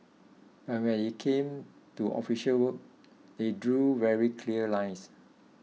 but when it came to official work they drew very clear lines